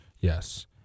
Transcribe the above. Yes